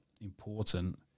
important